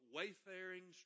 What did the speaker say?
Wayfaring